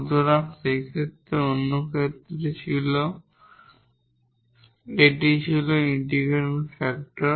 সুতরাং সেক্ষেত্রে অন্য ক্ষেত্রে এটি ছিল ইন্টিগ্রেটিং ফ্যাক্টর